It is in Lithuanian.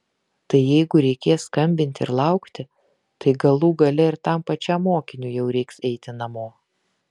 tai jeigu reikės skambinti ir laukti tai galų gale ir tam pačiam mokiniui jau reiks eiti namo